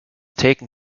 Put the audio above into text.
taken